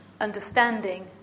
understanding